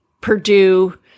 Purdue